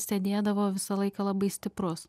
sėdėdavo visą laiką labai stiprus